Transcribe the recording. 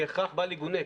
כהכרח בל יגונה,